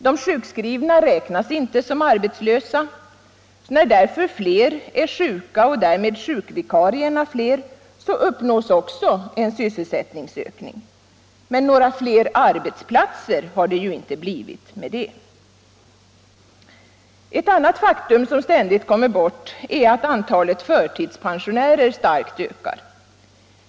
De sjukskrivna räknas inte som arbetslösa. När därför fler är sjuka och sjukvikarierna ökar i antal uppnås också en sysselsättningsökning. Men några fler arbetsplatser har det därför inte blivit. Ett annat faktum som ständigt kommer bort är att antalet förtidspensionärer starkt ökar.